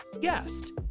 guest